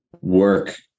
work